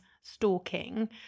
stalking